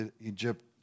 Egypt